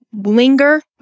linger